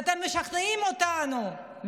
אתם משכנעים אותנו,